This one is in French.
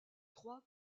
trois